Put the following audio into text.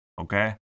Okay